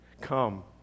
Come